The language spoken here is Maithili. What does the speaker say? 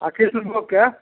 आओर कृष्णभोगके